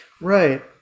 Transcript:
Right